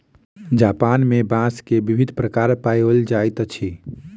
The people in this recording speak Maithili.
जापान में बांस के विभिन्न प्रकार पाओल जाइत अछि